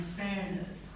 fairness